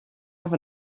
have